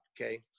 okay